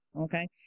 okay